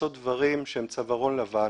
לעשות דברים שהם צווארון לבן